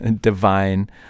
divine